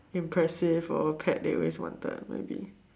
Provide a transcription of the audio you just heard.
impressive or pet they always wanted maybe